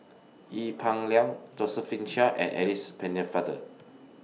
Ee Peng Liang Josephine Chia and Alice Pennefather